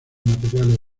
materiales